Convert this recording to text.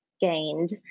gained